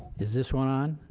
is this one on?